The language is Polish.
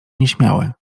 nieśmiały